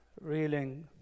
reeling